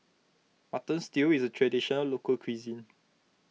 Mutton Stew is a Traditional Local Cuisine